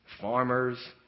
farmers